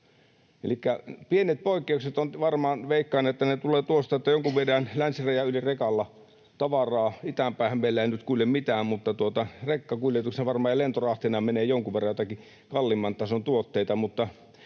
pienet poikkeukset, ja veikkaan, että ne tulevat varmaan siitä, että jonkun verran viedään länsirajan yli rekalla tavaraa. Itään päinhän meillä ei nyt kulje mitään, mutta varmaan rekkakuljetuksena ja lentorahtina menee jonkun verran joitakin kalliimman tason tuotteita.